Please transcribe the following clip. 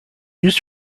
used